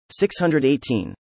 618